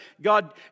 God